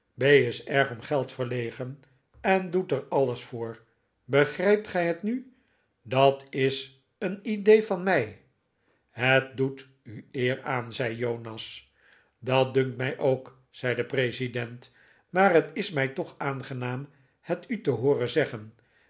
is erg om geld verlegen en doet er alles voor begrijpt gij het nu dat is een idee van mij het doet u eer aan zei jonas dat dunkt mij ook zei de president maar het is mij toch aangenaam het u te hooren zeggen